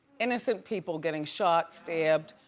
innocent people getting shot, stabbed,